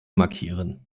markieren